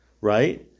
right